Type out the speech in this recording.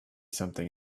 something